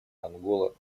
ангола